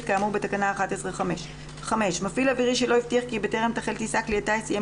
כאמור בתקנה 11(5). מפעיל אווירי שלא הבטיח כי בטרם תחל טיסה כלי הטיס יהיה